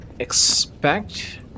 expect